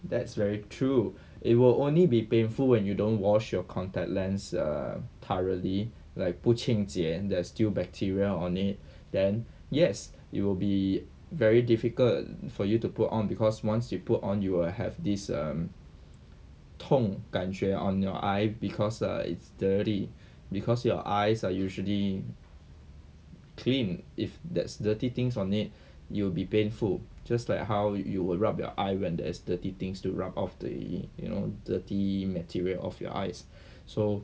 that's very true it will only be painful when you don't wash your contact lens err thoroughly like 不清洁 there are still bacteria on it then yes it will be very difficult for you to put on because once you put on you will have this um 痛感觉 on your eye because uh it's dirty because your eyes are usually clean if there's dirty things on it you will be painful just like how you will rub your eye when there is dirty things to rub off the you know dirty material off your eyes so